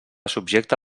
subjecte